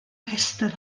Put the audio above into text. rhestr